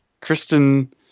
Kristen